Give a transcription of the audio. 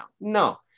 No